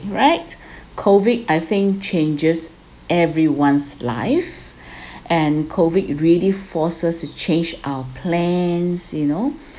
right COVID I think changes everyone's life and COVID really force us to change our plans you know